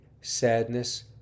sadness